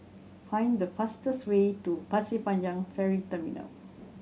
find the fastest way to Pasir Panjang Ferry Terminal